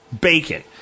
Bacon